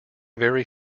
very